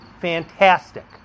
fantastic